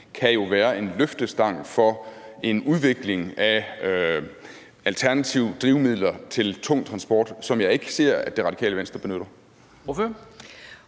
kan jo være en løftestang for en udvikling af alternative drivmidler til tung transport, som jeg ikke ser at Det Radikale Venstre benytter.